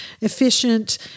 efficient